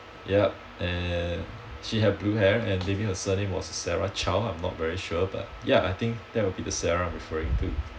yup and she had blue hair and I believe her surname was sarah chow I'm not very sure but ya I think that will be the sarah i'm referring to